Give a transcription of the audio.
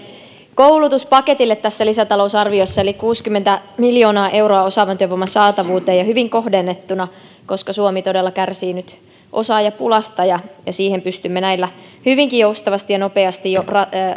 koulutuspaketille tässä lisätalousarviossa eli kuusikymmentä miljoonaa euroa osaavan työvoiman saatavuuteen ja hyvin kohdennettuna koska suomi todella kärsii nyt osaajapulasta ja ja siihen pystymme näillä hyvinkin joustavasti ja nopeasti